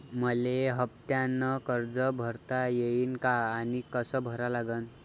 मले हफ्त्यानं कर्ज भरता येईन का आनी कस भरा लागन?